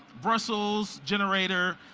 brushless generator,